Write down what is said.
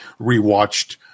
rewatched